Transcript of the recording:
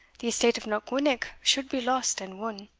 the estate of knockwinnock should be lost and won.